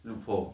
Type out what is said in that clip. loophole